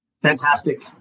Fantastic